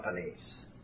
companies